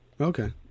okay